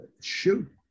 shoot